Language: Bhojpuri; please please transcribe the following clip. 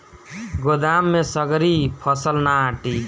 गोदाम में सगरी फसल ना आटी